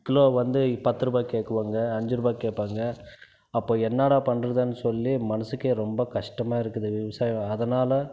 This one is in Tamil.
கிலோ வந்து பத்து ரூபாய்க்கு கேட்குவாங்க அஞ்சு ரூபாய்க்கு கேட்பாங்க அப்போ என்னடா பண்ணுறதுனு சொல்லி மனதுக்கே ரொம்ப கஷ்டமாக இருக்குது விவசாயம் அதனால்